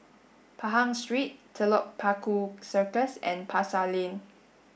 Pahang Street Telok Paku Circus and Pasar Lane